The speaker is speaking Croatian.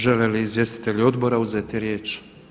Žele li izvjestitelji Odbora uzeti riječ?